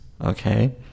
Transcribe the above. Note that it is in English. okay